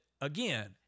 again